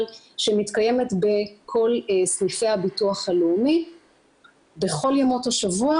שמתקיימת בכל סניפי הביטוח הלאומי בכל ימות השבוע,